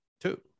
two